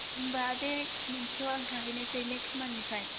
होम्बा बे मोनसेयाव आं थाहैनायसै नेक्स्त मान्टनिफ्राय